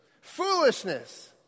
Foolishness